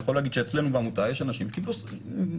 אני יכול להגיד שאצלנו בעמותה יש אנשים שקיבלו תרומה